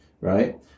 right